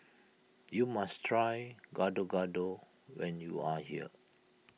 you must try Gado Gado when you are here